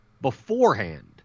beforehand